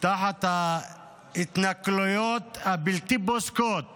תחת ההתנכלויות הבלתי פוסקות